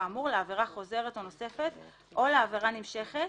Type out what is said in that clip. האמור לעבירה חוזרת או נוספת או לעבירה נמשכת